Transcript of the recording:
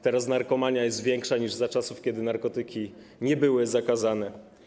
Teraz narkomania jest większa niż za czasów, kiedy narkotyki nie były zakazane.